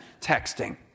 texting